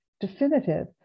definitive